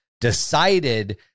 decided